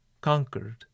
conquered